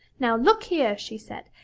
now look here, she said,